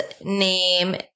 name